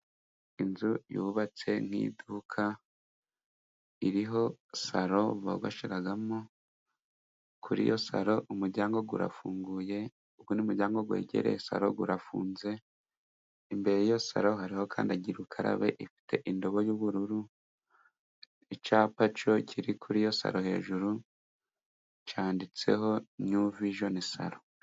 Inzu yubatse nk'iduka iriho salo bogosheramo kuri iyo salo umuryango urafunguye, undi muryango wegereye salo urafunze ,imbere y'iyo salo hariho kandidagira ukarabe ifite indobo y'ubururu, icyapa cyo kiri kuri iyo salo hejuru cyanditseho niyu vijoni salo.